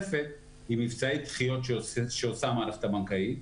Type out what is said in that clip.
היא מבצעי דחיות שעושה המערכת הבנקאית,